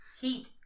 heat